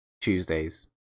tuesdays